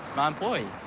my employee.